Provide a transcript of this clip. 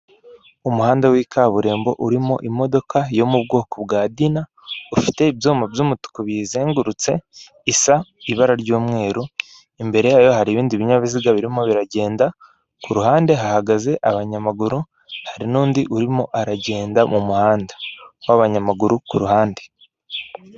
Umuhanda w'ikaburimbo urimo imodoka yo mu bwoko bwa dina, ufite ibyuma by'umutuku biyizengurutse isa ibara ry'umweru, imbere yayo hari ibindi binyabiziga birimo biragenda ku ruhande hahagaze abanyamaguru hari n'undi urimo aragenda mu muhanda w'abanyamaguru ku ruhande.